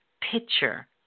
picture